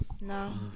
No